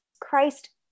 Christ